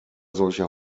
solcher